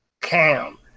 Cam